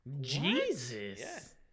Jesus